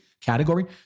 category